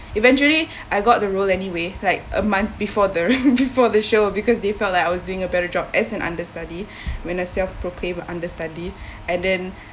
eventually I got the role anyway like a month before the before the show because they felt that I was doing a better job as an understudy when a self proclaimed understudy and then